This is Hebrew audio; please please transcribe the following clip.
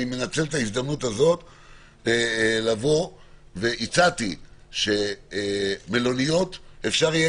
אני מנצל את ההזדמנות לומר שהצעתי שאפשר יהיה